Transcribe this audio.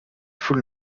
foule